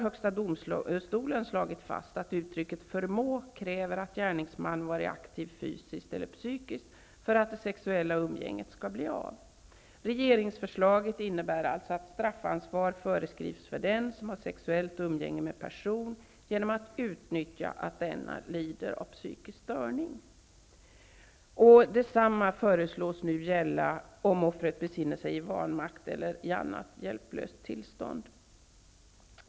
Högsta domstolen har fastslagit att uttrycket ''förmår'' kräver att gärningsmannen varit aktiv fysiskt eller psykiskt för att det sexuella umgänget skall bli av. Regeringsförslaget innebär att straffansvar föreskrivs för den som har sexuellt umgänge med person genom att utnyttja att denna lider av psykisk störning. Detsamma föreslås gälla om offret befinner sig i vanmakt eller i annat hjälplöst tillstånd.